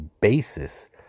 basis